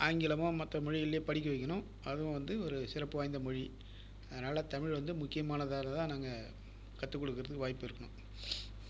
ஆங்கிலமோ மற்ற மொழிகள்லயோ படிக்க வைக்கணும் அதுவும் வந்து ஒரு சிறப்பு வாய்ந்த மொழி அதனால் தமிழ் வந்து முக்கியமானதாலதா நாங்கள் கற்றுக் கொடுக்றதுக்கு வாய்ப்பு இருக்கும்